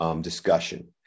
discussion